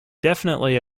definitely